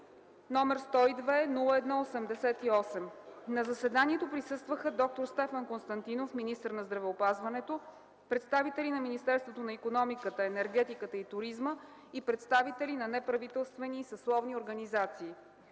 декември 2011 г. На заседанието присъстваха д-р Стефан Константинов – министър на здравеопазването, представители на Министерството на икономиката, енергетиката и туризма и представители на неправителствени и съсловни организации.